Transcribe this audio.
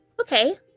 okay